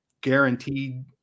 guaranteed